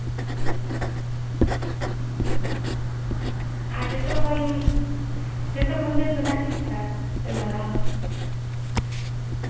ᱟᱨ ᱡᱚᱛᱚ ᱠᱷᱚᱱ ᱡᱚᱛᱚ ᱠᱷᱚᱱ ᱵᱮᱥ ᱫᱚ ᱱᱟᱜ ᱪᱮᱫ ᱯᱟᱨᱟᱵᱽ ᱯᱮ ᱢᱟᱱᱟᱣᱟ